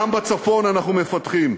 גם בצפון אנחנו מפתחים.